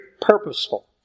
purposeful